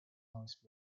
noise